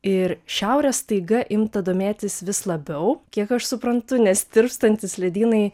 ir šiaure staiga imta domėtis vis labiau kiek aš suprantu nes tirpstantys ledynai